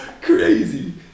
Crazy